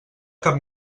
cap